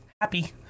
happy